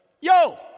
Yo